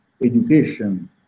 education